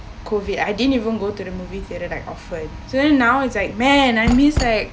COVID I didn't even go to the movie theatre like often so that now it's like man I miss like